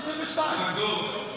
אני 22,000. דמגוג.